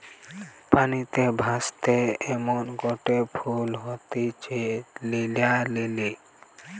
পানিতে ভাসে এমনগটে ফুল হতিছে নীলা লিলি